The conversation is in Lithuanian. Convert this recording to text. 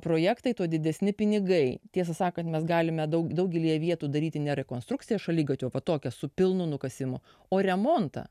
projektai tuo didesni pinigai tiesą sakant mes galime daug daugelyje vietų daryti ne rekonstrukcija šaligatvio su pilnu nukasimu o remontą